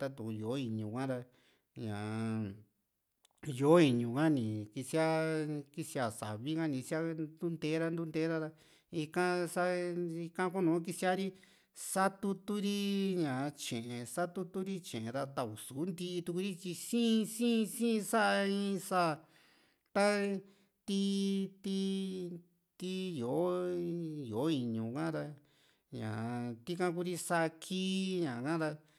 ta´tun yó´o iñu ha´ra ñaa yó´o iñu ka´ni kisia kísía savi ha ni kisia ntuu ntee ra ika sa ika kunu kisiari satutu ri ñaa tye´e satutu ri tye+ en ta ii su ntii tu´ri tyi sii sii´n sa´a in sáa taa ti ti ti yó´o iñu ka´ra ñaa tika kuu ri saa´kii ra